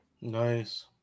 Nice